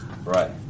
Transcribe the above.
Right